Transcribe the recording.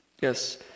Yes